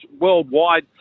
worldwide